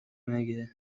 مگه